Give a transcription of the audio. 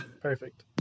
Perfect